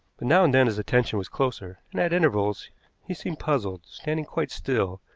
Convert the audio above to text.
but now and then his attention was closer, and at intervals he seemed puzzled, standing quite still,